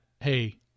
hey